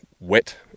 wet